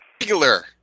regular